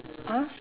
ah